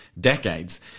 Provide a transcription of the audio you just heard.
decades